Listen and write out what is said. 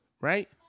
Right